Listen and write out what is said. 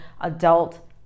adult